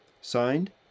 Signed